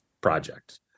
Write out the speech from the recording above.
project